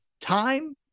time